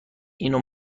اینو